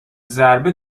ضربه